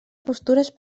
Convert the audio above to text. postures